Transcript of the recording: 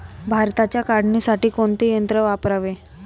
भाताच्या काढणीसाठी कोणते यंत्र वापरावे?